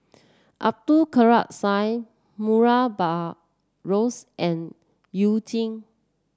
Abdul Kadir Syed Murray Buttrose and You Jin